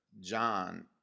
John